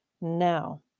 Now